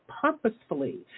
purposefully